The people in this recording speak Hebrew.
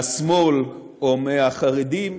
מהשמאל או מהחרדים.